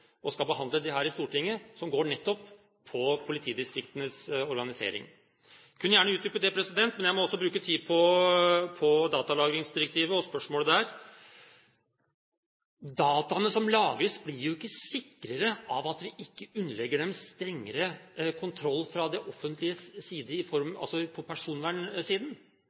og skal behandle det her i Stortinget. Det går nettopp på politidistriktenes organisering. Jeg kunne gjerne utdype det, men jeg må også bruke tid på spørsmålet om datalagringsdirektivet. Dataene som lagres, blir jo ikke sikrere av at vi ikke underlegger dem strengere kontroll fra det offentliges side, på personvernsiden, i form